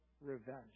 revenge